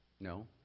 No